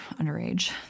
underage